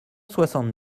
soixante